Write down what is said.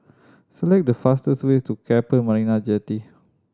select the fastest way to Keppel Marina Jetty